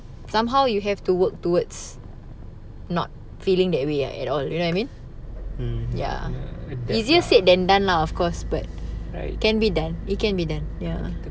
somehow you have to work towards not feeling that way at all you know what I mean ya easier said than done lah of course but can be done it can be done ya